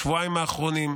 בשבועיים האחרונים,